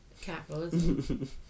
capitalism